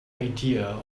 idea